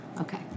Okay